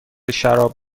شراب